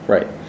Right